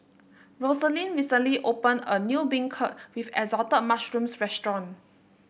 Rosalind recently opened a new beancurd with Assorted Mushrooms restaurant